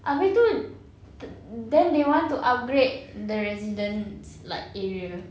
abeh itu t~ then they want to upgrade the resident's like area